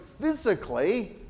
physically